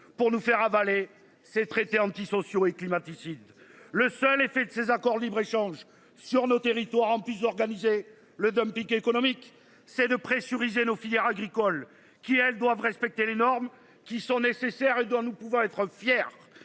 pour nous faire avaler c'est traité antisociaux et climaticide. Le seul effet de ces accords de libre-échange sur nos territoires en puisse d'organiser le dumping économique ces 2 pressurisé nos filières agricoles qui elles doivent respecter les normes qui sont nécessaires et nous pouvons être fiers.